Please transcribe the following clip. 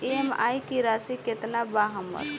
EMI की राशि केतना बा हमर?